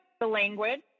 language